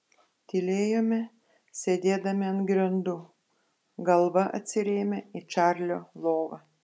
tylėjome sėdėdami ant grindų galva atsirėmę į čarlio lovą